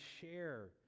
share